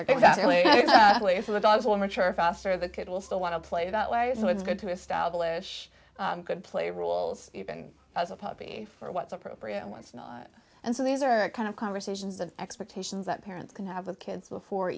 will mature faster the kid will still want to play that way so it's good to establish good play rules even as a puppy for what's appropriate and what's not and so these are the kind of conversations the expectations that parents can have with kids before